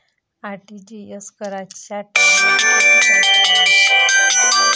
RTGS कराच्या टायमाले किती चार्ज लागन?